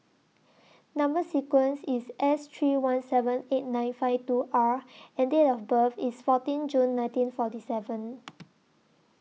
Number sequence IS S three one seven eight nine five two R and Date of birth IS fourteen June nineteen forty seven